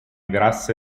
grasse